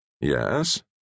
Yes